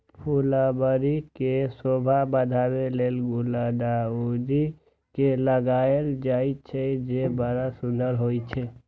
फुलबाड़ी के शोभा बढ़ाबै लेल गुलदाउदी के लगायल जाइ छै, जे बड़ सुंदर होइ छै